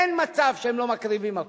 אין מצב שהם לא מקריבים הכול,